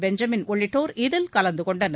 Benjamin உள்ளிட்டோர் இதில் கலந்து கொண்டனர்